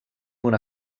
una